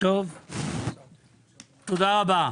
תודה רבה.